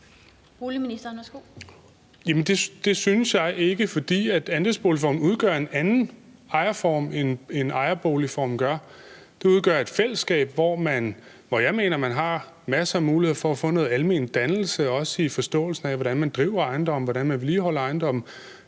Boligministeren (Kaare Dybvad Bek): Jamen det synes jeg ikke, fordi andelsboligformen udgør en anden ejerform, end ejerboligformen gør. Det udgør et fællesskab, hvor jeg mener man har masser af muligheder for at få noget almen dannelse, også i forståelsen af, hvordan man driver ejendomme, hvordan man vedligeholder ejendomme,